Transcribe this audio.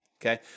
okay